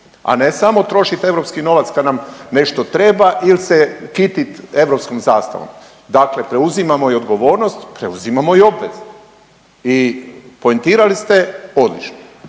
a ne samo trošiti europski novac kad nam nešto treba ili se kititi europskom zastavom. Dakle preuzimamo i odgovornost, preuzimamo i obveze. I poentirali ste odlično